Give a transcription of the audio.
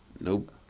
Nope